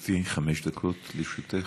גברתי, חמש דקות לרשותך.